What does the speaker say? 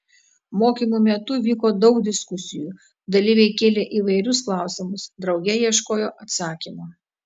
mokymų metu vyko daug diskusijų dalyviai kėlė įvairius klausimus drauge ieškojo atsakymų